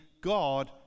God